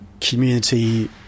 community